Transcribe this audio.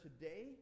today